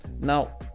Now